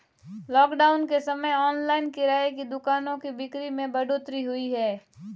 lockdown के समय online किराने की दुकानों की बिक्री में बढ़ोतरी हुई है